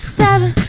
seven